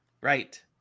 Right